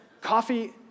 coffee